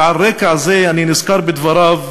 ועל רקע זה אני נזכר בדבריו